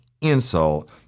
insult